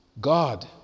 God